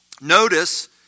Notice